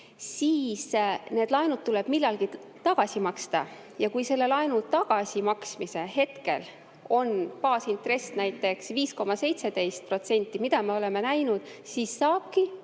siis need laenud tuleb millalgi tagasi maksta. Ja kui selle laenu tagasimaksmise hetkel on baasintress näiteks 5,17%, mida me oleme näinud, siis saabki